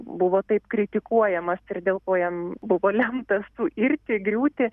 buvo taip kritikuojamas ir dėl ko jam buvo lemta suirti griūti